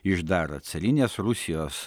iš dar carinės rusijos